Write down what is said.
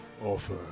offer